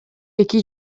эки